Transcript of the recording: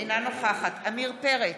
אינה נוכחת עמיר פרץ,